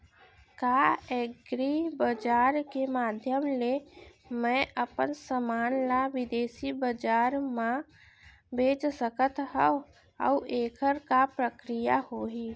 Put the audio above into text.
का एग्रीबजार के माधयम ले मैं अपन समान ला बिदेसी बजार मा बेच सकत हव अऊ एखर का प्रक्रिया होही?